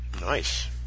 nice